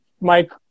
Mike